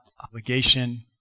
obligation